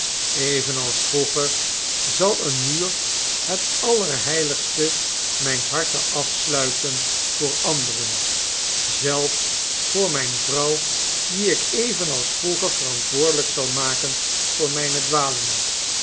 evenals vroeger zal een muur het allerheiligste mijns harten afsluiten voor anderen zelfs voor mijn vrouw die ik evenals vroeger verantwoordelijk zal maken voor mijne